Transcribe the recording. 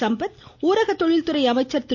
சம்பத் ஊரக தொழில்துறை அமைச்சர் திரு